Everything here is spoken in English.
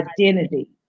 identity